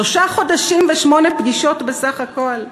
שלושה חודשים ושמונה פגישות בסך הכול?